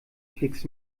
klicks